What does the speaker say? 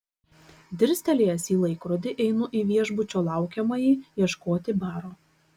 dirstelėjęs į laikrodį einu į viešbučio laukiamąjį ieškoti baro